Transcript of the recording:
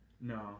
no